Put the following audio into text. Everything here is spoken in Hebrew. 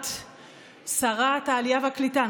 שרת העלייה והקליטה,